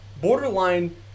borderline